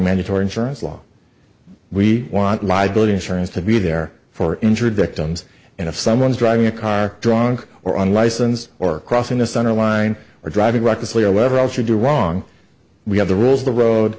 mandatory insurance law we want liability insurance to be there for injured victims and if someone's driving a car drunk or on license or crossing the centerline or driving recklessly or whatever else you do wrong we have the rules of the road